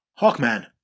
Hawkman